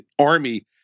army